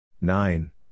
nine